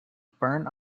burn